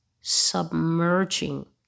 submerging